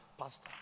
pastor